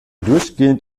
durchgehend